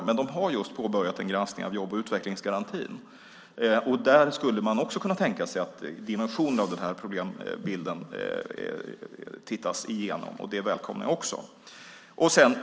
Men den har just påbörjat en granskning av jobb och utvecklingsgarantin. Man skulle också där kunna tänka sig att dimensionen av problembilden tittas igenom, och det välkomnar jag också.